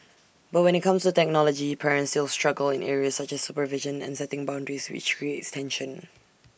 but when IT comes to technology parents still struggle in areas such as supervision and setting boundaries which creates tension